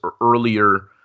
earlier